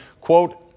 quote